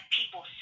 people